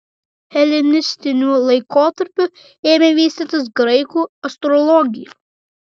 helenistiniu laikotarpiu ėmė vystytis graikų astrologija